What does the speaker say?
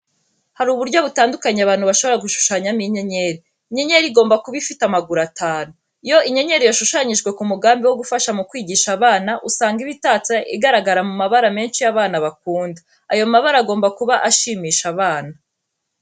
Hari uburyo butandukanye abantu bashobora gushushanyamo inyenyeri. Inyenyeri igomba kuba ifite amaguru atanu. Iyo inyenyeri yashushanyijwe ku mugambi wo gufasha mu kwigisha abana, usanga iba itatse, igaragara mu mabara menshi yo abana bakunda. Ayo mabara agomba kuba ashimisha abana.